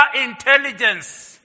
intelligence